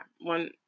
one